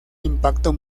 impacto